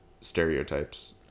stereotypes